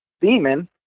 demon